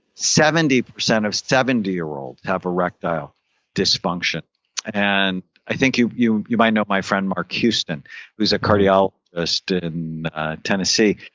seventy percent of seventy year old have erectile dysfunction and i think you you might know my friend mark houston who is a cardiologist ah so in tennessee.